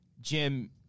Jim